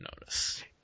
notice